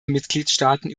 mitgliedstaaten